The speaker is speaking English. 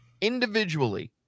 Individually